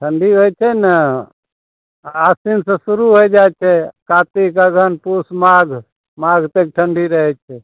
ठंडी होइ छै ने आसिन सऽ शुरु होइ जाइ छै कातिक अघन पूस माघ माघ तक ठंडी रहै छै